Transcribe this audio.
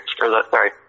Sorry